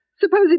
Suppose